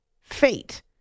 fate